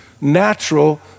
natural